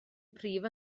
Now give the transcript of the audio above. prif